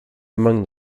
among